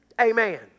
Amen